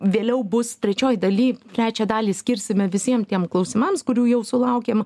vėliau bus trečioj daly trečią dalį skirsime visiem tiem klausimams kurių jau sulaukėm